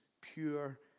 pure